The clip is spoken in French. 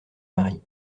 mari